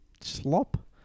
slop